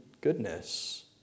goodness